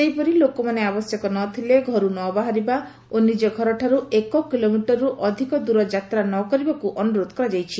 ସେହିପରି ଲୋକମାନେ ଆବଶ୍ୟକ ନଥିଲେ ଘରୁ ନ ବାହାରିବା ଓ ନିକ ଘରଠାରୁ ଏକକିଲୋମିଟରରୁ ଅଧିକ ଦୂର ଯାତ୍ରା ନ କରିବାକୁ ଅନୁରୋଧ କରିଛନ୍ତି